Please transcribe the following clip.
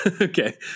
Okay